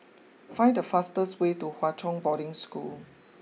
find the fastest way to Hwa Chong Boarding School